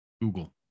Google